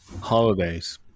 Holidays